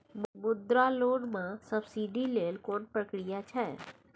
मुद्रा लोन म सब्सिडी लेल कोन प्रक्रिया छै?